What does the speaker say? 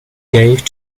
gave